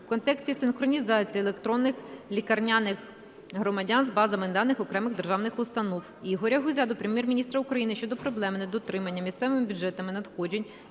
в контексті синхронізації електронних лікарняних громадян з базами даних окремих державних установ. Ігоря Гузя до Прем'єр-міністра України щодо проблеми недоотримання місцевими бюджетами надходжень